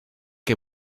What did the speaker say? que